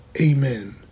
amen